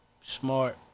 smart